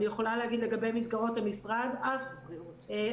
אני יכולה להגיד לגבי מסגרות המשרד אף אדם,